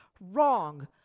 wrong